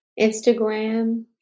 Instagram